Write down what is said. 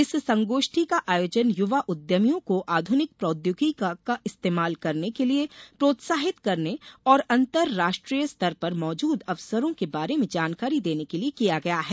इस संगोष्ठी का आयोजन युवा उद्यमियों को आधुनिक प्रौद्योगिकी का इस्तेमाल करने के लिए प्रोत्साहित करने और अंतराष्ट्रीय स्तर पर मौजूद अवसरों के बारे में जानकारी देने के लिए किया गया है